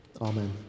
Amen